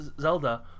Zelda